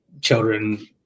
children